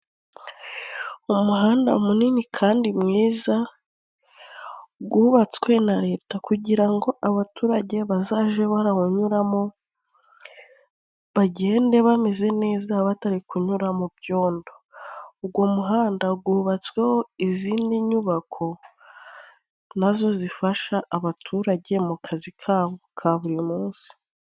Umuhanda munini kandi mwiza gwuwubatswe na leta, kugira ngo abaturage bazaje baragwunyuramo, bagende bameze neza batari kunyura mu byondo. Ugwo muhanda gubatsweho izindi nyubako, nazo zifasha abaturage mu kazi kabo ka buri munsi.